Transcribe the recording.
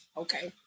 okay